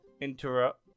interrupt